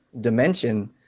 dimension